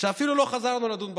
אפילו לא חזרנו לדון בחוק.